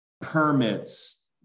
permits